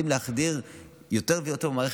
וכשאני אומר כולם תמורת כולם,